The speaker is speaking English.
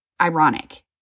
ironic